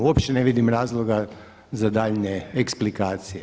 Uopće ne vidim razloga za daljnje eksplikacije.